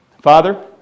Father